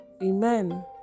Amen